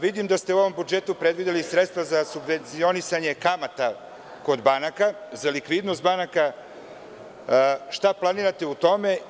Vidim da ste u ovom budžetu predvideli sredstva za subvencionisanje kamata kod banaka za likvidnost banaka i šta planirate u tome.